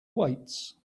weights